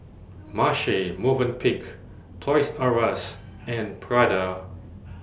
Marche Movenpick Toys R US and Prada